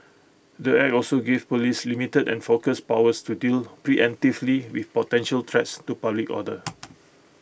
the act also gives Police limited and focused powers to deal preemptively with potential threats to public order